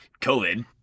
COVID